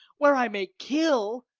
where i may kill,